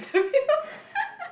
interview